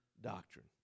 doctrine